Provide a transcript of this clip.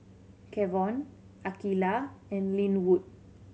Kavon Akeelah and Lynwood